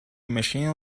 machine